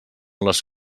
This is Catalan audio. les